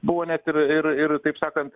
buvo net ir ir ir taip sakant